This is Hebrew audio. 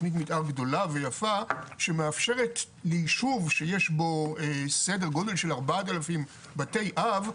גדולה ויפה שמאפשרת לישוב שיש בו סדר גודל של ארבעת אלפים בתי אב,